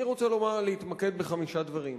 אני רוצה להתמקד בחמישה דברים,